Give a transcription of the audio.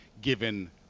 given